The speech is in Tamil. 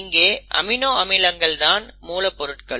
இங்கே அமினோ அமிலங்கள் தான் மூலப்பொருட்கள்